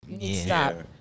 Stop